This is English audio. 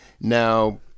Now